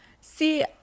See